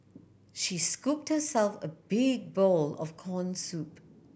she scooped herself a big bowl of corn soup